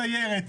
סיירת,